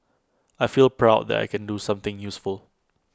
I feel proud that I can do something useful